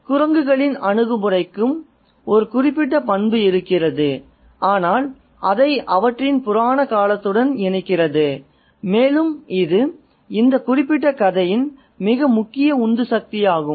குரங்குகளின் அணுகுமுறைக்கு ஒரு குறிப்பிட்ட பண்பு இருக்கிறது ஆனால் அதை அவற்றின் புராண காலத்துடன் இணைக்கிறது மேலும் இது இந்த குறிப்பிட்ட கதையின் மிக முக்கியமான உந்து சக்தியாகும்